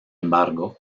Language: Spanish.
embargo